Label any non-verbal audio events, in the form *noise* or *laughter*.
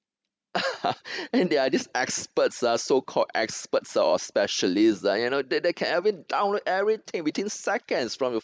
*laughs* and they are this experts ah so called experts or specialists ah you know they they can I mean download everything within seconds from your